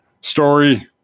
story